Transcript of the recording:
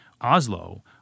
Oslo